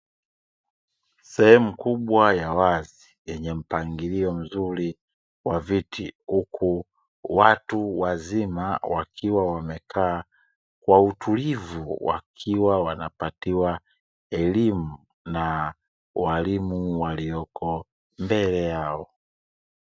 Sehemu kubwa ya wazi yenye mpangilio mzuri wa viti, huku watu wazima wakiwa wamekaa kwa utulivu, wakiwa wanapatiwa elimu na waalimu walioko mbele yao.